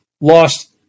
lost